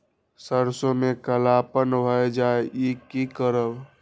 सरसों में कालापन भाय जाय इ कि करब?